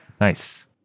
nice